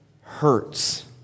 hurts